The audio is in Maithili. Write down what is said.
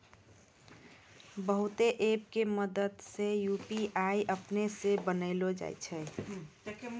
बहुते ऐप के मदद से यू.पी.आई अपनै से बनैलो जाय छै